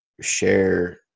share